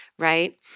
Right